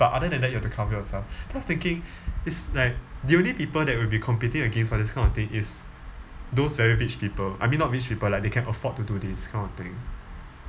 but other than that you have to cover yourself then I was thinking it's like the only people that you will be competing against for this kind of thing is those very rich people I mean not rich people like they can afford to do this kind of thing